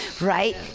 right